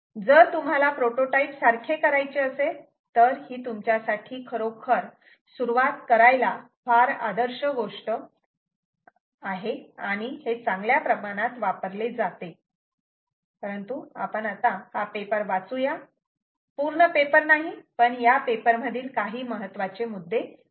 जर तुम्हाला प्रोटोटाइप सारखे करायचे असेल तर ही तुमच्यासाठी खरोखर सुरुवात करायला फार आदर्श गोष्ट आणि हे चांगल्या प्रमाणात वापरले जाते परंतु आपण हा पेपर वाचू या पूर्ण पेपर नाही पण या पेपरमधील काही महत्त्वाचे मुद्दे पाहू या